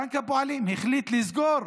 בנק הפועלים החליט לסגור